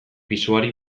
pisuari